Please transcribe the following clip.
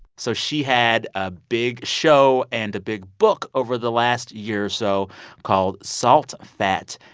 so she had a big show and a big book over the last year or so called salt, fat,